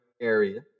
area